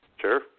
Sure